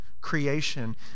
creation